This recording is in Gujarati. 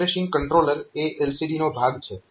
રિફ્રેશિંગ કંટ્રોલર એ LCD નો ભાગ છે